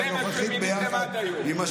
זה מי שמיניתם עד היום.